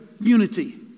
unity